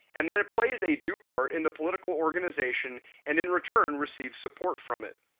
and that it plays a due part in the political organization and in return receives support from it.